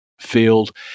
field